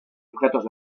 objetos